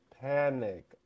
panic